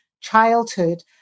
childhood